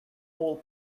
all